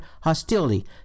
hostility